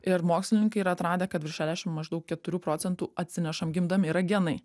ir mokslininkai yra atradę kad virš šešiasdešim maždaug keturių procentų atsinešam gimdami yra genai